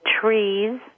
trees